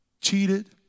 cheated